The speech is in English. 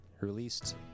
released